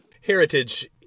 Heritage